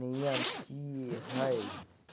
नियम की हय?